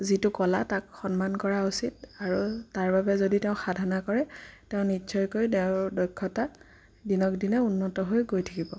যিটো কলা তাক সন্মান কৰা উচিত আৰু তাৰ বাবে যদি তেওঁ সাধনা কৰে তেওঁ নিশ্চয়কৈ তেওঁৰ দক্ষতা দিনক দিনে উন্নত হৈ গৈ থাকিব